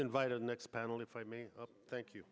invited next panel if i may thank you